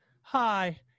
hi